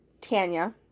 Tanya